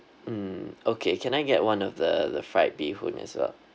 mm okay can I get one of the the fried bee hoon as well